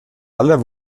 aller